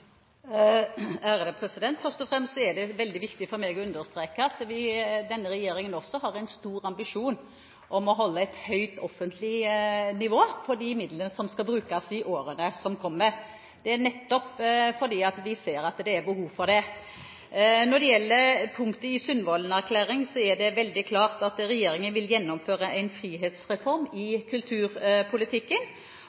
høy kvalitet? Først og fremst er det veldig viktig for meg å understreke at denne regjeringen også har en stor ambisjon om å holde et høyt offentlig nivå på de midlene som skal brukes, i årene som kommer. Det er nettopp fordi vi ser at det er behov for det. Når det gjelder punktet i Sundvolden-erklæringen, er det veldig klart at regjeringen vil gjennomføre en frihetsreform i